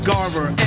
Garver